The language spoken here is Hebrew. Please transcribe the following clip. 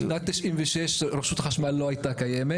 בשנת 1996 רשות החשמל לא הייתה קיימת.